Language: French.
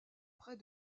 près